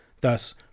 Thus